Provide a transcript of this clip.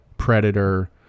predator